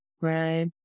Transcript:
right